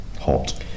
Hot